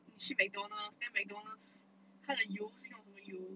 你去 mcdonald then mcdonald 它的油是用什么油